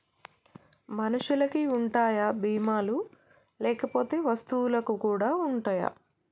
మనుషులకి ఉంటాయా బీమా లు లేకపోతే వస్తువులకు కూడా ఉంటయా?